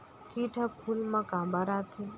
किट ह फूल मा काबर आथे?